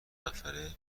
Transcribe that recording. نفره